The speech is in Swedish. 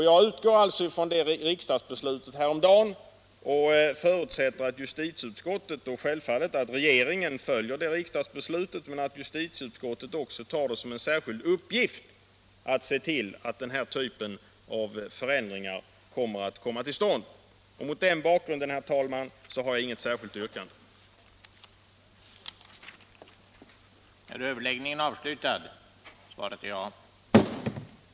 Jag utgår ifrån att justitieutskottet speciellt ser till att den här typen av förändringar kommer till stånd. Mot denna bakgrund, herr talman, har jag inget särskilt yrkande. den det ej vill röstar nej.